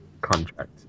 contract